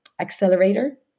accelerator